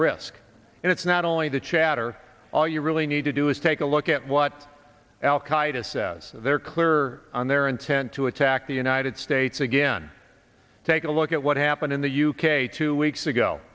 risk and it's not only the chatter all you really need to do is take a look at what al qaeda says they're clear on their intent to attack the united states again take a look at what happened in the u k two weeks ago